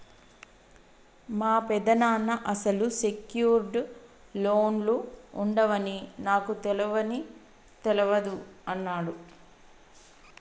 మా పెదనాన్న అసలు సెక్యూర్డ్ లోన్లు ఉండవని నాకు తెలవని తెలవదు అన్నడు